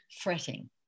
fretting